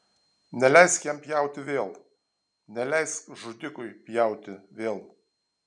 neleisk jam pjauti vėl neleisk žudikui pjauti vėl